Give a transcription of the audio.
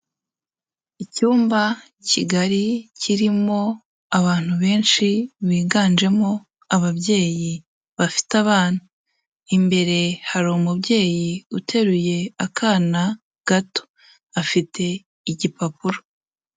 Icyumba kigari kirimo abantu benshi biganjemo ababyeyi bafite abana, imbere hari umubyeyi uteruye akana gato, afite igipapuro.